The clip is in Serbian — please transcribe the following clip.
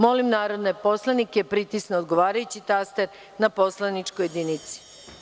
Molim narodne poslanike da pritisnu odgovarajući taster na poslaničkoj jedinici.